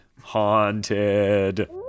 Haunted